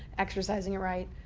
exercising right,